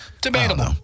Debatable